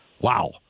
wow